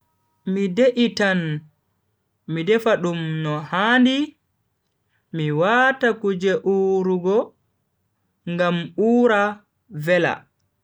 Mi de'itan mi defa dum no handi, mi wata kuje urugo ngam ura vela.